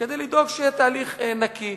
כדי לדאוג שיהיה תהליך נקי.